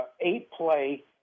eight-play